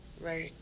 right